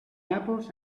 apples